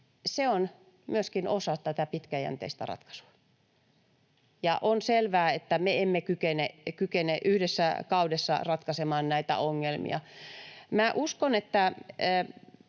12 on myöskin osa tätä pitkäjänteistä ratkaisua. On selvää, että me emme kykene yhdessä kaudessa ratkaisemaan näitä ongelmia. Minä uskon, että